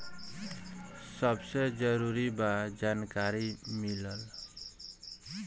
सबसे जरूरी बा जानकारी मिलल